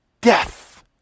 Death